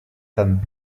femmes